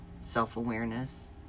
self-awareness